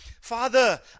Father